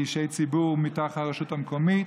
מאישי ציבור מטעם הרשות המקומית,